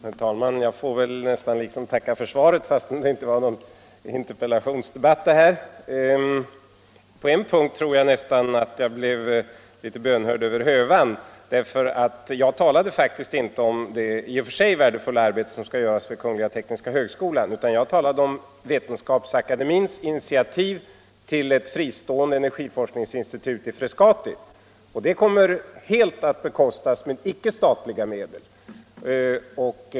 Herr talman! Jag får väl tacka för svaret, fastän det här inte var någon interpellationsdebatt! På en punkt tror jag att jag blev bönhörd nästan över hövan. Jag talade faktiskt inte om det i och för sig värdefulla arbete som skall göras vid kungl. tekniska högskolan, utan jag talade om Vetenskapsakademiens initiativ till ett fristående energiforskningsinstitut i Frescati. Det kommer att helt bekostas av icke-statliga medel.